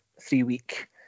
three-week